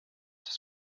das